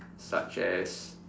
such as